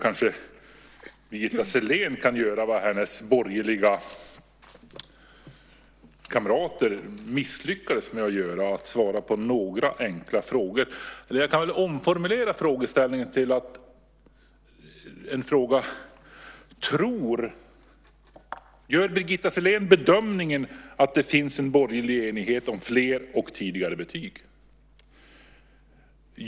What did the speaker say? Birgitta Sellén kanske kan göra vad hennes borgerliga kamrater misslyckades med, nämligen att svara på några enkla frågor. Jag omformulerar frågan. Gör Birgitta Sellén bedömningen att det finns en borgerlig enighet om fler och tidigare betyg?